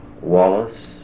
Wallace